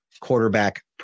quarterback